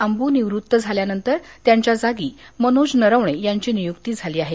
आंबू निवृत्त झाल्यानंतर त्यांच्या जागी मनोज नरवणे यांची नियुक्ती झाली आहे